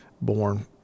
born